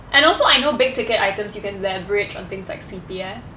and also I know big ticket items you can leverage on things like C_P_F